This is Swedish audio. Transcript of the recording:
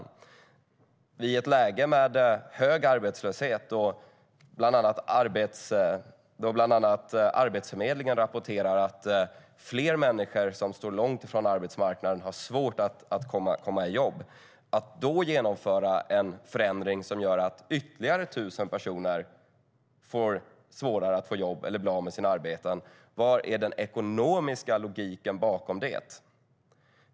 Att i ett läge med hög arbetslöshet, då bland annat Arbetsförmedlingen rapporterar att fler människor som står långt från arbetsmarknaden har svårt att komma i jobb, genomföra en förändring som gör att ytterligare 1 000 personer får svårare att få jobb eller blir av med sina arbeten - vad är den ekonomiska logiken bakom det?